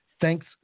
thanks